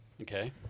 Okay